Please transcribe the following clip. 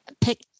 pick